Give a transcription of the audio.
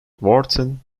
wharton